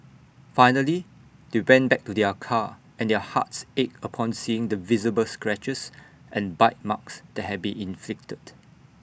finally they went back to their car and their hearts ached upon seeing the visible scratches and bite marks that had been inflicted